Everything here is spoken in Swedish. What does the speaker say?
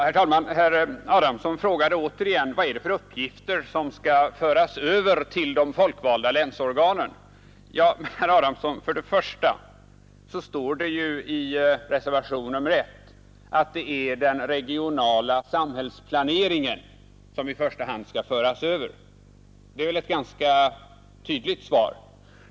Herr talman! Herr Adamsson frågade återigen vilka uppgifter det är som skall föras över till de folkvalda länsorganen. Ja, för det första står det i reservationen 1 att den regionala samhällsplaneringen skall föras över — det är väl ett tydligt svar.